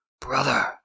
Brother